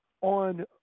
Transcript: on